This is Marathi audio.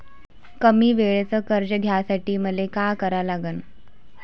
कमी वेळेचं कर्ज घ्यासाठी मले का करा लागन?